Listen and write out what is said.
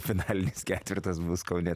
finalinis ketvertas bus kaune